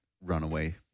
runaway